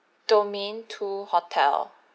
domain two hotel